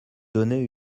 donné